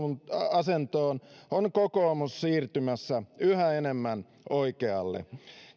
asentoon on kokoomus siirtymässä yhä enemmän oikealle